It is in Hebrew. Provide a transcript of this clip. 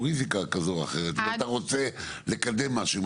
ריזיקה כזאת או אחרת אם אתה רוצה לקדם משהו,